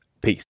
Peace